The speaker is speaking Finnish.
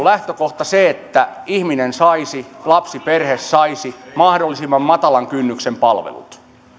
lähtökohta se että ihminen saisi lapsiperhe saisi mahdollisimman matalan kynnyksen palvelut